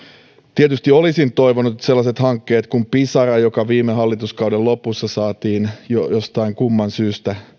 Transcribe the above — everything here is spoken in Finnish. tietysti olisin toivonut että saataisiin eteenpäin sellaiset hankkeet niin kuin pisara joka viime hallituskauden lopussa saatiin jostain kumman syystä